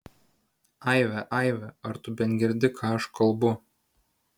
aive aive ar tu bent girdi ką aš kalbu